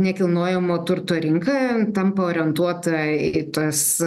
nekilnojamo turto rinka tampa orientuota į tas